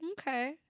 Okay